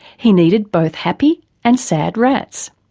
he needed both happy and sad rats.